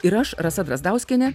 ir aš rasa drazdauskienė